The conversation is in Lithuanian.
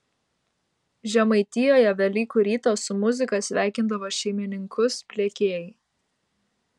žemaitijoje velykų rytą su muzika sveikindavo šeimininkus pliekėjai